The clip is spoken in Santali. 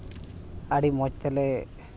ᱟᱹᱰᱤ ᱢᱚᱡᱽ ᱛᱮᱞᱮ